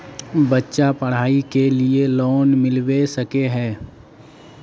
बच्चा के पढाई के लिए लोन मिलबे सके है?